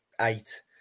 eight